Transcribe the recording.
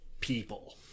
people